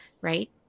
right